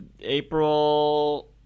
April